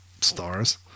stars